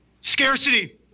Scarcity